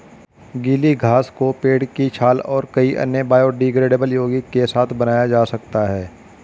गीली घास को पेड़ की छाल और कई अन्य बायोडिग्रेडेबल यौगिक के साथ बनाया जा सकता है